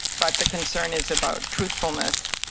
but the concern is about truthfulness.